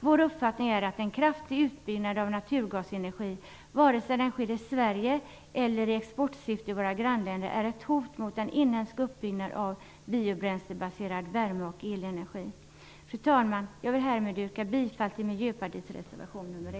Vår uppfattning är att en kraftig utbyggnad av naturgasenergi, vare sig den sker i Sverige eller i exportsyfte i våra grannländer, är ett hot mot en inhemsk uppbyggnad av biobränslebaserad värme och elenergi. Fru talman! Jag vill härmed yrka bifall till Miljöpartiets reservation nr 1.